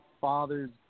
Father's